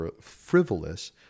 frivolous